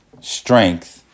strength